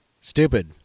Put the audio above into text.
Stupid